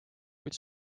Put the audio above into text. kuid